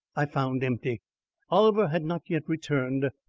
i found empty oliver had not yet returned.